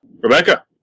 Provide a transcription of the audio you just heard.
Rebecca